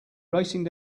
racing